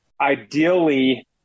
ideally